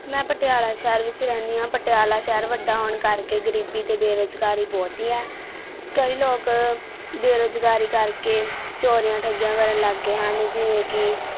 ਮੈਂ ਪਟਿਆਲਾ ਸ਼ਹਿਰ ਵਿੱਚ ਰਹਿੰਦੀ ਹਾਂ ਪਟਿਆਲਾ ਸ਼ਹਿਰ ਵੱਡਾ ਹੋਣ ਕਰਕੇ ਗਰੀਬੀ ਅਤੇ ਬੇਰੁਜ਼ਗਾਰੀ ਬਹੁਤ ਹੈ ਕਈ ਲੋਕ ਬੇਰੁਜ਼ਗਾਰੀ ਕਰਕੇ ਚੋਰੀਆਂ ਠੱਗੀਆਂ ਕਰਨ ਲੱਗ ਗਏ ਹਨ ਜਿਵੇਂ ਕਿ